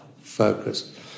focus